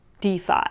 DeFi